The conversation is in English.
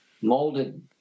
molded